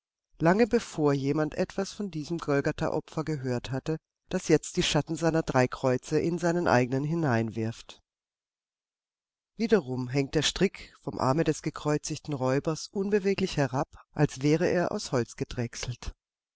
lange bevor jemand etwas von diesem golgathaopfer gehört hatte das jetzt die schatten seiner drei kreuze in seinen eigenen hineinwirft wiederum hängt der strick vom arme des gekreuzigten räubers unbeweglich herab als wäre er aus holz gedrechselt